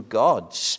gods